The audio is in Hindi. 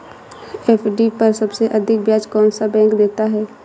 एफ.डी पर सबसे अधिक ब्याज कौन सा बैंक देता है?